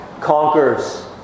conquers